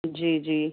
جی جی